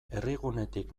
herrigunetik